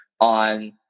on